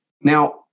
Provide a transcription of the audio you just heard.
Now